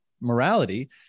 morality